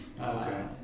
Okay